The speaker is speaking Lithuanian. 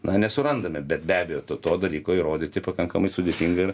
na nesurandame bet be abejo to to dalyko įrodyti pakankamai sudėtinga ir